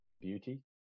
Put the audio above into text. beauty